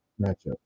matchup